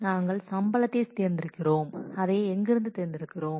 நாங்கள் சம்பளத்தைத் தேர்ந்தெடுக்கிறோம் அதை எங்கிருந்து தேர்ந்தெடுக்கிறோம்